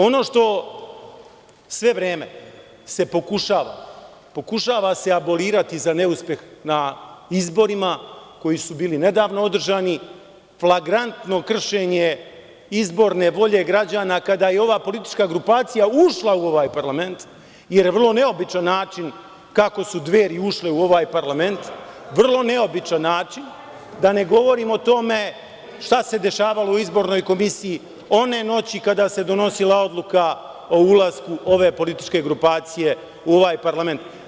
Ono što se sve vreme pokušava, pokušava se elaborirati za neuspeh na izborima koji su bili nedavno održani, flagrantno kršenje izborne volje građana kada je ova politička grupacija ušla u ovaj parlament, jer je vrlo neobičan način, da ne govorim o tome šta se dešavalo u izbornoj komisiji one noći kada se donosila odluka o ulasku ove političke grupacije u ovaj parlament.